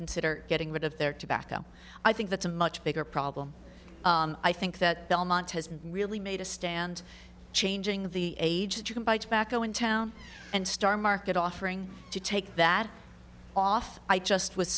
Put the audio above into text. consider getting rid of their tobacco i think that's a much bigger problem i think that belmont has really made a stand changing the age that you can buy tobacco in town and star market offering to take that off i just was